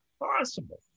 possible